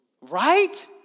Right